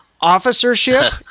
officership